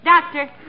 Doctor